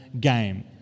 game